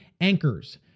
anchors